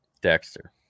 Dexter